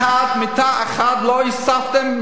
מיטה אחת לא הוספתם,